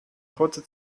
kurze